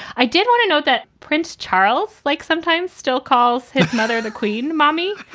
i did want to note that prince charles, like sometimes still calls his mother, the queen mommy,